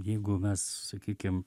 jeigu mes sakykim